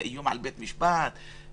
זה איום על בית המשפט וכו'.